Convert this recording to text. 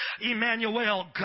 Emmanuel